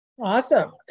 Awesome